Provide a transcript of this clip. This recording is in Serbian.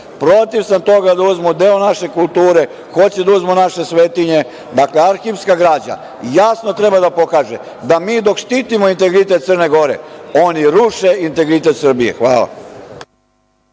dva. Protiv sam toga da uzmu deo naše kulture, hoće da uzmu naše svetinje. Dakle, arhivska građa jasno treba da pokaže da mi dok štitimo integritet Crne Gore, oni ruše integritet Srbije. Hvala.